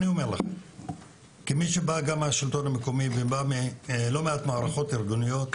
כמי שבא מהשלטון המקומי ומלא מעט מערכות ארגוניות,